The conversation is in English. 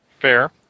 Fair